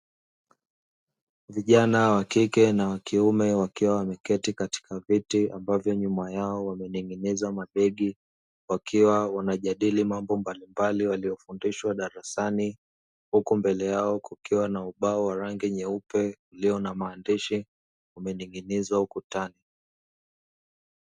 Vijana wakike na wakiume wakiwa wameketi katika viti ambavyo nyuma yao wamening'iniza mabegi, wakiwa wanajadili mambo mbalimbali waliyofundishwa darasani, huku mbele yao kukiwa na ubao wa rangi nyeupe ulio na maandishi umening'inizwa ukutani.